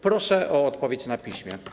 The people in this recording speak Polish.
Proszę o odpowiedź na piśmie.